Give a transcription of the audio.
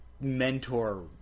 mentor